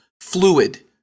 fluid